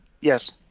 Yes